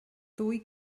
ddwy